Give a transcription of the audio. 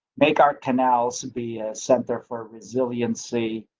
make our canals be sent there for resiliency.